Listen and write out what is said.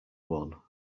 one